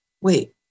wait